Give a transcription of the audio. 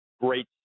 great